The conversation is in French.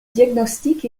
diagnostic